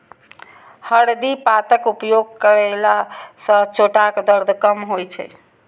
हरदि पातक उपयोग कयला सं चोटक दर्द कम होइ छै